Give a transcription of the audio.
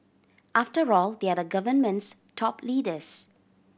after all they are the government's top leaders